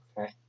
Okay